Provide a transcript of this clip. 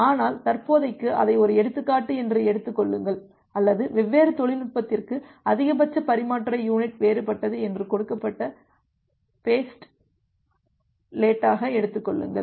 ஆனால் தற்போதைக்கு அதை ஒரு எடுத்துக்காட்டு என்று எடுத்துக் கொள்ளுங்கள் அல்லது வெவ்வேறு தொழில்நுட்பத்திற்கு அதிகபட்ச பரிமாற்ற யுனிட் வேறுபட்டது என்று கொடுக்கப்பட்ட போஸ்டுலேட்டாக எடுத்துக் கொள்ளுங்கள்